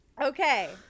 Okay